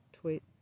tweet